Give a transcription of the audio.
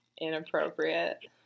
inappropriate